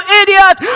idiot